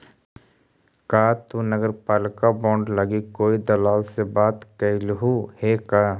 का तु नगरपालिका बॉन्ड लागी कोई दलाल से बात कयलहुं हे का?